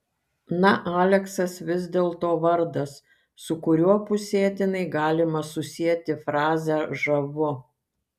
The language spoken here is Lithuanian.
na aleksas vis dėlto vardas su kuriuo pusėtinai galima susieti frazę žavu